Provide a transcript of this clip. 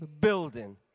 building